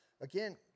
Again